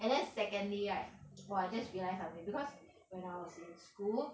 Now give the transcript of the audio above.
and then secondly right !wah! I just realised something because when I was in school